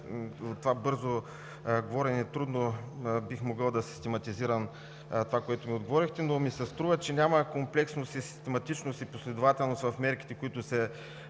от бързото говорене трудно бих могъл да систематизирам това, което ми отговорихте. Струва ми се, че няма комплексност, систематичност и последователност в мерките, които се